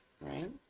Right